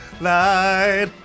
light